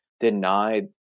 denied